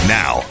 now